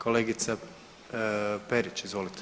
Kolegica Perić, izvolite.